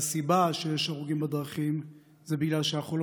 והסיבה שיש הרוגים בדרכים היא שאנחנו לא